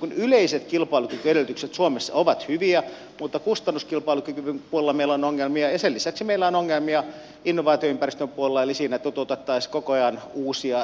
tietyntyyppiset yleiset kilpailukykyedellytykset suomessa ovat hyviä mutta kustannuskilpailukykymme puolella meillä on ongelmia ja sen lisäksi meillä on ongelmia innovaatioympäristön puolella eli siinä että tuotettaisiin koko ajan